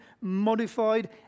modified